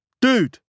Dude